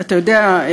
אתה יודע,